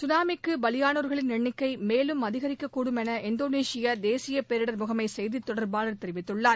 சுனாமிக்கு பலியானோர்களின் எண்ணிக்கை மேலும் அதிகரிக்கக்கூடும் என இந்தோனேஷிய தேசிய பேரிடர் முகமை செய்தி தொடர்பாளர் தெரிவித்துள்ளார்